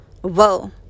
Whoa